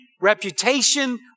reputation